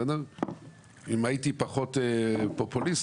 אם הייתי פחות פופוליסט,